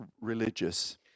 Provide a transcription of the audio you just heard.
religious